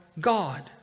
God